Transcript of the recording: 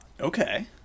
Okay